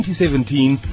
2017